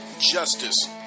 justice